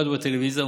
ברדיו ובטלוויזיה,